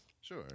Sure